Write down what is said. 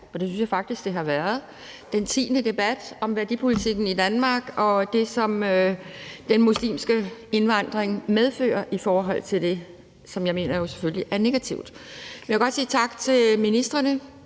og det synes jeg faktisk det har været. Det er den tiende debat om værdipolitikken i Danmark og det, som den muslimske indvandring medfører i forhold til det, som jeg selvfølgelig mener er negativt. Jeg vil godt sige tak til ministrene,